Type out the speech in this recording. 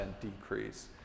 decrease